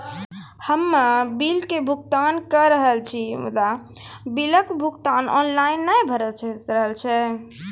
हम्मे बिलक भुगतान के रहल छी मुदा, बिलक भुगतान ऑनलाइन नै भऽ रहल छै?